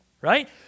right